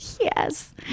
Yes